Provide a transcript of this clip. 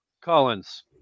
Collins